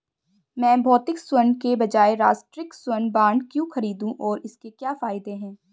मैं भौतिक स्वर्ण के बजाय राष्ट्रिक स्वर्ण बॉन्ड क्यों खरीदूं और इसके क्या फायदे हैं?